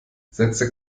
setze